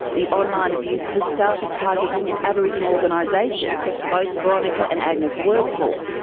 the online abuse has started targeting an aboriginal organisation both veronica and agnes work for,